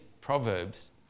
proverbs